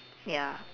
ya